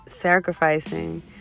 sacrificing